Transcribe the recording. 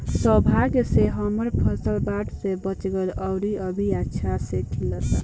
सौभाग्य से हमर फसल बाढ़ में बच गइल आउर अभी अच्छा से खिलता